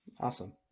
Awesome